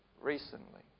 recently